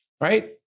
right